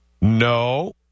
No